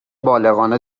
بالغانه